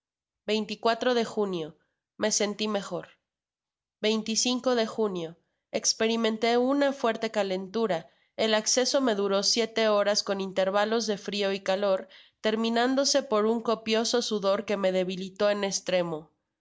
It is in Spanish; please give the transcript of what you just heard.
de junio me senti mejor de junio esperimentó una fuerte calentura el acceso me duró siete horas con intérvalos de frio y calor terminandose por un copioso sudor que me debilitó en estremo